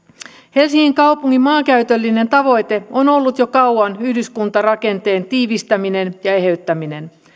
helsingin kaupungin maankäytöllinen tavoite on ollut jo kauan yhdyskuntarakenteen tiivistäminen ja eheyttäminen